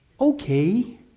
okay